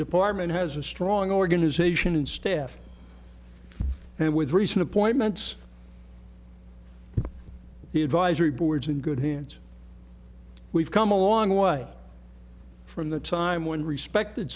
department has a strong organisation and staff and with recent appointments the advisory boards in good hands we've come a long way from the time when respected